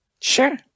Sure